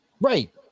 right